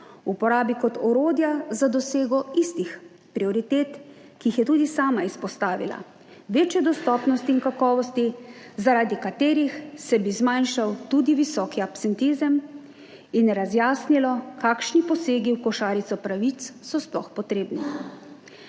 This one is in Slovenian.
uporabi kot orodja za dosego istih prioritet, ki jih je tudi sama izpostavila - večje dostopnosti in kakovosti, zaradi katerih se bi zmanjšal tudi visoki absentizem in razjasnilo, kakšni posegi v košarico pravic so sploh potrebni.